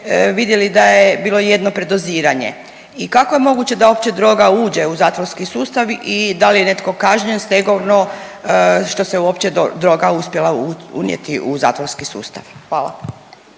vidjeli da je bilo jedno predoziranje. I kako je moguće da uopće droga uđe u zatvorski sustav i da li je netko kažnjen stegovno što se uopće droga uspjela unijeti u zatvorski sustav?